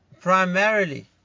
primarily